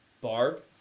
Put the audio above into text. Barb